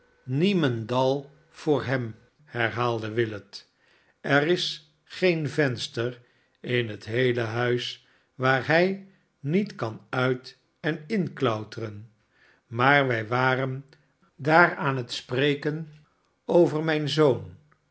niemendal voor hem herhaalde willet er is geen venster in het geheele huis waar hi niet kan uit en inklauteren maar wij waren daar aan het spreken over mijn zoon